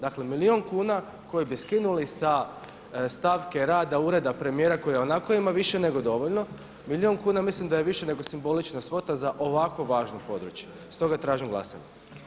Dakle, milijun kuna koje bi skinuli sa stavke rada Ureda premijera koji ionako ima više nego dovoljno, milijun kuna mislim da je više nego simbolična svota za ovako važno područje, stoga tražim glasanje.